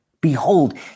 Behold